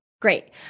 great